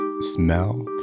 smell